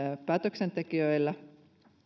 päätöksentekijöillä